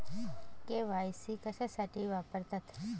KYC कशासाठी वापरतात?